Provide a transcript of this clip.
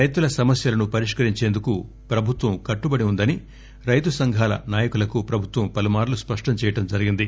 రైతుల సమస్యలను పరిష్కరించేందుకు ప్రభుత్వం కట్టుబడి ఉందని రైతు సంఘాల నాయకులకు ప్రభుత్వం పలుమార్లు స్పష్టం చేయడం జరిగింది